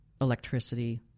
electricity